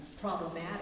problematic